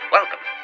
Welcome